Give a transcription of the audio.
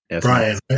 Brian